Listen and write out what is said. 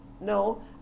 No